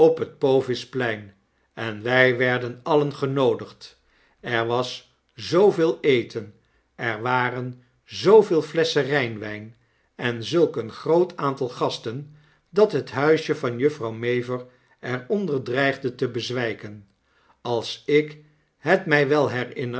splein en wij werden alien genoodigd er was zooveel eten er waren zooveel flesschen rijnwijn en zulk een groot aantal gasten dat het huisje van juffrouw mavor er'onder dreigdete bezwijken als ik het mij wel herinner